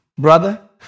Brother